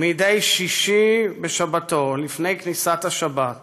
מדי שישי, לפני כניסת השבת,